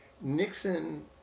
Nixon